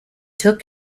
took